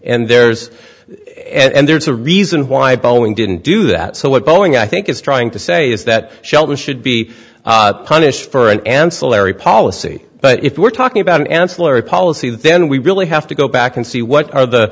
and there's and there's a reason why boeing didn't do that so what boeing i think is trying to say is that shelby should be punished for an ancillary policy but if we're talking about an ancillary policy then we really have to go back and see what are the